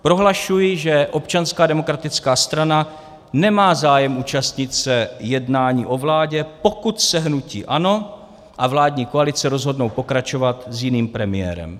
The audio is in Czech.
Prohlašuji, že Občanská demokratická strana nemá zájem účastnit se jednání o vládě, pokud se hnutí ANO a vládní koalice rozhodnou pokračovat s jiným premiérem.